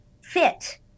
fit